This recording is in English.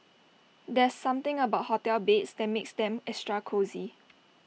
there's something about hotel beds that makes them extra cosy